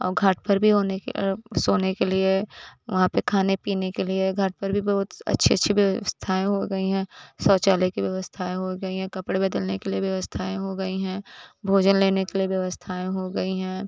और घाट पर भी होने सोने के लिए वहाँ पर खाने पीने के लिए घाट पर भी बहुत अच्छी अच्छी व्यवस्थाएँ हो गई हैं शौचालय की व्यवस्थाएँ हो गई हैं कपडे बदलने के लिए व्यवस्थाएँ हो गई हैं भोजन लेने के लिए व्यवस्थाएँ हो गई हैं